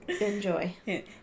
enjoy